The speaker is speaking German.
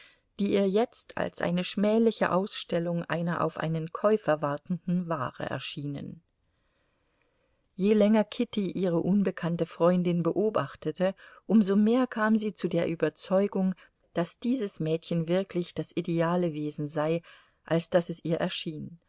die ihr jetzt als eine schmähliche ausstellung einer auf einen käufer wartenden ware erschienen je länger kitty ihre unbekannte freundin beobachtete um so mehr kam sie zu der überzeugung daß dieses mädchen wirklich das ideale wesen sei als das es ihr erschien